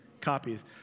copies